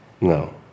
No